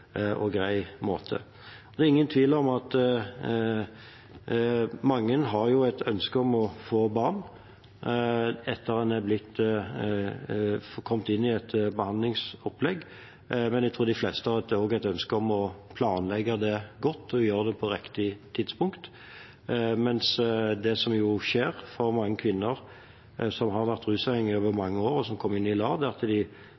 og grei måte. Det er ingen tvil om at mange har et ønske om å få barn etter å ha kommet inn i et behandlingsopplegg, men jeg tror de fleste også har et ønske om å planlegge det godt og gjøre det på riktig tidspunkt, mens det som jo skjer mange kvinner som har vært rusavhengige i mange år, og som kommer inn i LAR, er at de